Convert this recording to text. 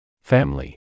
Family